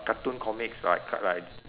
cartoon comics like like